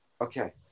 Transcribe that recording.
Okay